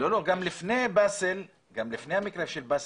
גם לפני המקרה של באסל,